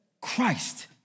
Christ